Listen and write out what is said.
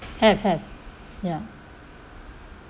have have ya